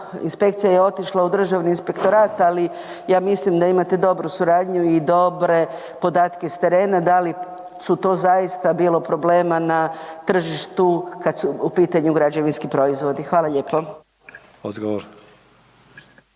inspekcija je otišla u Državni inspektora, ali ja mislim da imate dobru suradnji i dobre podatke s terena, da li je tu zaista bilo problema kada su u pitanju građevinski proizvodi? Hvala lijepo.